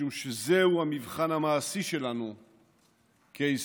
משום שזהו המבחן המעשי שלנו כישראליים.